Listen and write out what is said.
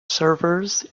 servers